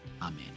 Amen